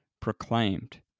proclaimed